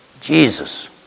Jesus